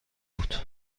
بود